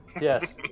Yes